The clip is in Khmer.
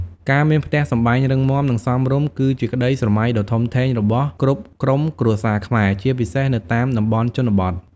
ការមានផ្ទះសម្បែងរឹងមាំ និងសមរម្យ គឺជាក្ដីស្រមៃដ៏ធំធេងរបស់គ្រប់ក្រុមគ្រួសារខ្មែរ ជាពិសេសនៅតាមតំបន់ជនបទ។